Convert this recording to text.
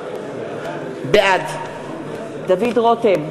בעד דוד רותם,